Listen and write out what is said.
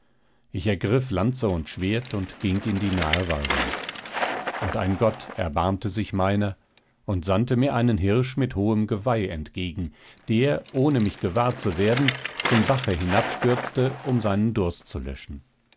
ich ergriff lanze und schwert und ging in die nahe waldung und ein gott erbarmte sich meiner und sandte mir einen hirsch mit hohem geweih entgegen der ohne mich gewahr zu werden zum bache hinabstürzte um seinen durst zu löschen